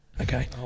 okay